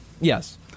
yes